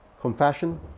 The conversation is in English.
Confession